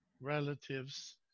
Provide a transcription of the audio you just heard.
relatives